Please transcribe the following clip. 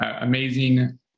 amazing